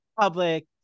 public